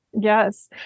Yes